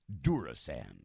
Durasan